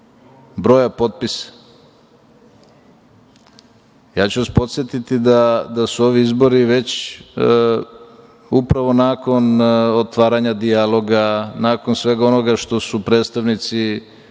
broja potpisa, ja ću vas podsetiti da su ovi izbori već upravo nakon otvaranja dijaloga, nakon svega onoga što su predstavnici